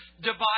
divide